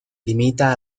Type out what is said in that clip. limita